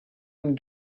and